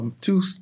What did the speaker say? Two